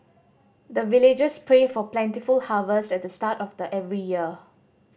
the villagers pray for plentiful harvest at the start of the every year